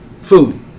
food